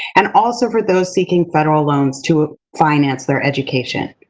and also for those seeking federal loans to finance their education.